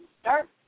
start